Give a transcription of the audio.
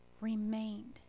remained